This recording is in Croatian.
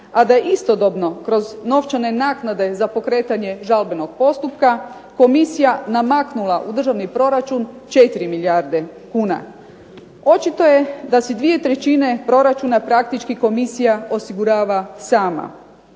a da je istodobno kroz novčane naknade za pokretanje žalbenog postupka komisija namaknula u državni proračun 4 milijarde kuna. Očito je da se dvije trećine proračuna praktički komisija osigurava sama,